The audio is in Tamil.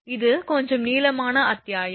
இது கொஞ்சம் நீளமான அத்தியாயம்